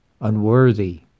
unworthy